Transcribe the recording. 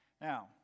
Now